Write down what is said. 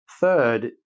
Third